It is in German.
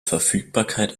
verfügbarkeit